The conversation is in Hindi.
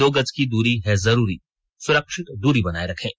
दो गज की दूरी है जरूरी सुरक्षित दूरी बनाए रखें